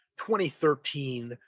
2013